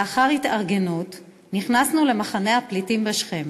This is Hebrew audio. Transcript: לאחר התארגנות נכנסנו למחנה הפליטים בשכם.